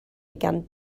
began